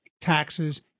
taxes